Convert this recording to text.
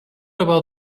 about